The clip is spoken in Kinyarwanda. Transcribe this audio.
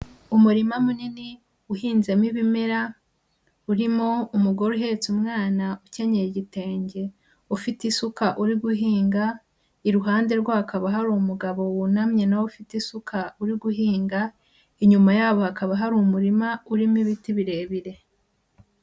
Umurima munini uhinzemo ibimera urimo umugore uhetse umwana ukenyeye igitenge ufite isuka uri guhinga, iruhande rwe hakaba hari umugabo wunamye na we ufite isuka uri guhinga, inyuma yabo hakaba hari umurima urimo ibiti birebire.